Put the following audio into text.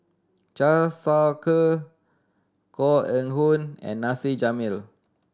Siew Shaw Her Koh Eng Hoon and Nasir Jalil